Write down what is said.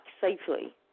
safely